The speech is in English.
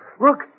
Look